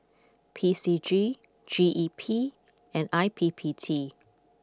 P C G G E P and I P P T